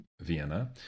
Vienna